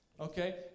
okay